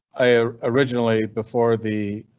i originally before the.